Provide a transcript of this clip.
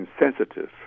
insensitive